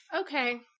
okay